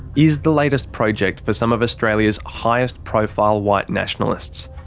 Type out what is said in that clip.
is the latest project for some of australia's highest profile white nationalists.